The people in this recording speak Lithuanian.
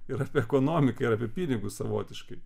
ir apie ekonomiką ir apie pinigus savotiškai